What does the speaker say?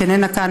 שאיננה כאן,